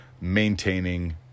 maintaining